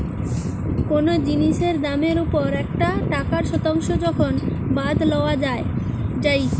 কোনো জিনিসের দামের ওপর একটা টাকার শতাংশ যখন বাদ লওয়া যাই